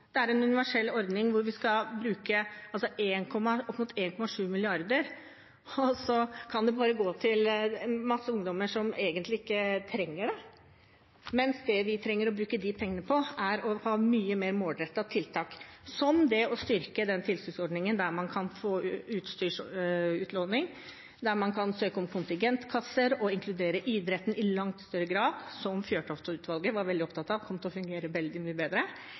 Det er en universell ordning hvor vi skal bruke opp mot 1,7 mrd. kr, og så kan det gå til en masse ungdommer som egentlig ikke trenger det. Det vi trenger å bruke de pengene på, er mye mer målrettede tiltak, som det å styrke tiltaksordningen med utlån av utstyr, der man kan søke om kontingentkasser og inkludere idretten i langt større grad, som Fjørtoft-utvalget var veldig opptatt av kom til å fungere veldig mye bedre